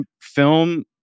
film